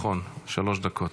שלוש דקות.